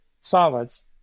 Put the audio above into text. solids